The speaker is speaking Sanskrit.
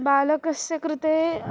बालकस्य कृते